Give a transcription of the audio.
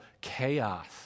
chaos